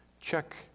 Check